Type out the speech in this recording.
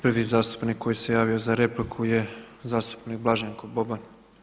Prvi zastupnik koji se javio za repliku je zastupnik Blaženko Boban.